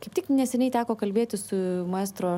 kaip tik neseniai teko kalbėti su maestro